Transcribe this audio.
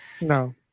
No